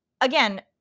again